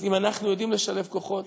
אז אם אנחנו יודעים לשלב כוחות,